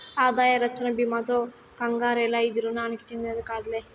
ఆదాయ రచ్చన బీమాతో కంగారేల, ఇది రుణానికి చెందినది కాదులే